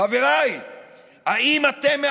אז חברי כחול לבן פשוט הורידו את הראש למטה והרימו את היד